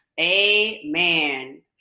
Amen